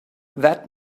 that